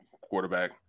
quarterback